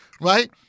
right